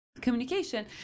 communication